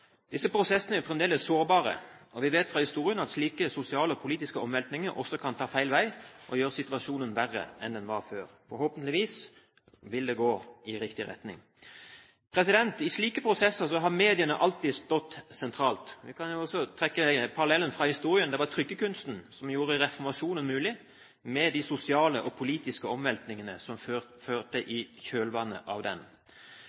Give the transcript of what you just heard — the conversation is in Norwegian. Disse prosessene er fremdeles sårbare, og vi vet fra historien at slike sosiale og politiske omveltninger også kan ta feil vei og gjøre situasjonen verre enn den var før. Forhåpentligvis vil det gå i riktig retning. I slike prosesser har mediene alltid stått sentralt. Vi kan jo for så vidt trekke en parallell fra historien: Det var trykkekunsten som gjorde reformasjonen mulig, med de sosiale og politiske omveltningene som fulgte i kjølvannet av den.